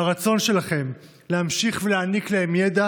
והרצון שלכם להמשיך ולהעניק להם ידע